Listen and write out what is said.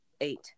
Eight